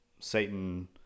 Satan